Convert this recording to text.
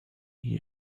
again